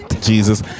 Jesus